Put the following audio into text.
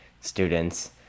students